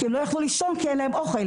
כי הם לא יכלו לישון כי אין להם אוכל.